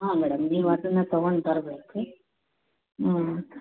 ಹಾಂ ಮೇಡಮ್ ನೀವದನ್ನು ತಗೊಂಡು ಬರಬೇಕು ಹ್ಞೂ